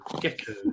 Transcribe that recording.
gecko